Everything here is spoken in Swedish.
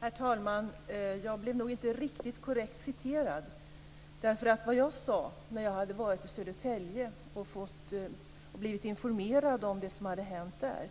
Herr talman! Jag blev nog inte riktigt korrekt citerad. När jag hade varit i Södertälje och blivit informerad om det som hade hänt där